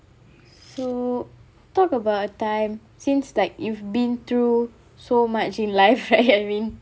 so talk about a time since like you've been through so much in life right I mean